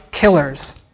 killers